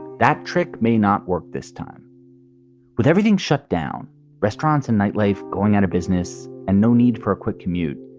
that trick may not work this time with everything shut down restaurants and nightlife going out of business and no need for a quick commute.